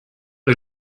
est